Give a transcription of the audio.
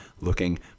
Looking